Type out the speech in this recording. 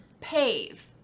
pave